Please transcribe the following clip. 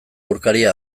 aurkaria